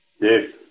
Yes